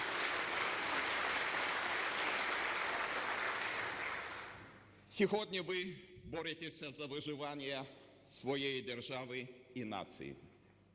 Сьогодні ви боретеся за виживання своєї держави і нації.